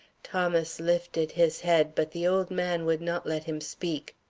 thomas lifted his head, but the old man would not let him speak.